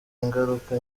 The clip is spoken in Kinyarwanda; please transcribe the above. ingaruka